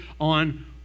on